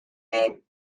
name